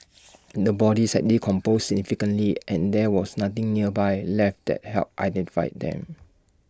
the bodies had decomposed significantly and there was nothing nearby left that helped identify them